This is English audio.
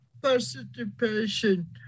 participation